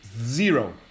zero